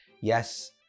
Yes